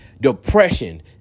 depression